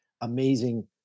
amazing